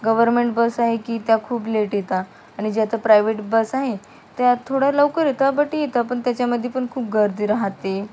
government bus आहे की त्या खूप लेट येतात आणि ज्यात प्रायव्हेट बस आहे त्यात थोडा लवकर येतं बट येतं पण त्याच्यामध्ये पण खूप गर्दी राहते